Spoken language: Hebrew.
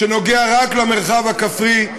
שנוגע רק במרחב הכפרי,